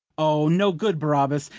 o, no, good barabas,